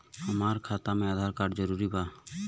हमार खाता में आधार कार्ड जरूरी बा?